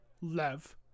Lev